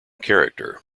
character